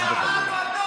אתם בורחים כל הזמן.